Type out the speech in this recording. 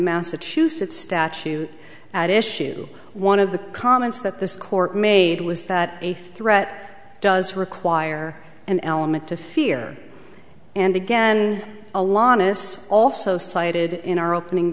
massachusetts statute at issue one of the comments that this court made was that a threat does require an element of fear and again a lot of this also cited in our opening